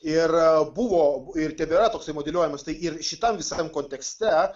ir buvo ir tebėra toksai modeliuojamas tai ir šitam visam kontekste